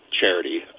charity